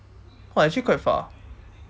!wah! actually quite far